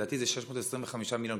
לדעתי זה 625 מיליון,